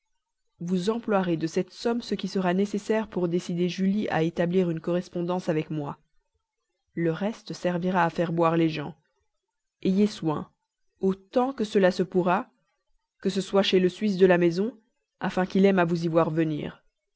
vous emploierez de cette somme ce qui sera nécessaire pour décider julie à établir une correspondance avec moi le reste servira à faire boire les gens ayez soin autant que cela se pourra que ce soit chez le suisse de la maison afin qu'il aime à vous y voir venir